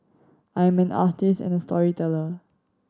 I am an artist and a storyteller